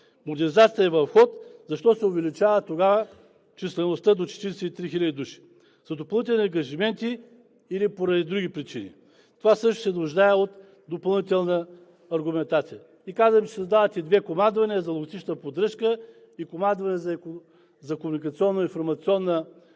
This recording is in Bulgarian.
Модернизацията е в ход, защо се увеличава тогава числеността до 43 хиляди души с допълнителни ангажименти или поради други причини. Това също се нуждае от допълнителна аргументация. Казвате, че се създават и две командвания за логистична поддръжка и командване за комуникационно-информационна